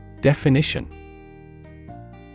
Definition